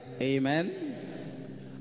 Amen